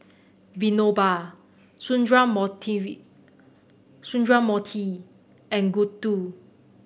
Vinoba Sundramoorthy and Gouthu